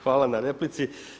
Hvala na replici.